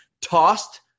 tossed